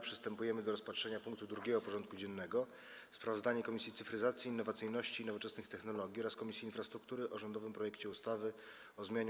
Przystępujemy do rozpatrzenia punktu 2. porządku dziennego: Sprawozdanie Komisji Cyfryzacji, Innowacyjności i Nowoczesnych Technologii oraz Komisji Infrastruktury o rządowym projekcie ustawy o zmianie